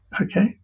Okay